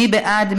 מי בעד?